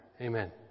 Amen